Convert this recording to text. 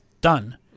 done